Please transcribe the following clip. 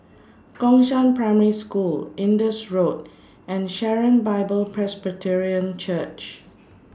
Gongshang Primary School Indus Road and Sharon Bible Presbyterian Church